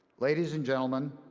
ladies and gentlemen,